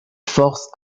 force